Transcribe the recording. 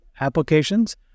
applications